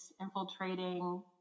infiltrating